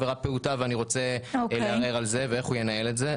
ואיך הוא ינהל את זה.